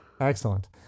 Excellent